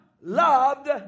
loved